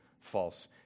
false